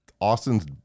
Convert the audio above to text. Austin's